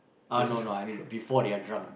uh no no I mean before they are drunk